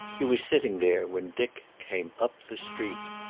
he was sitting there when dick came up the street.